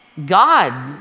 God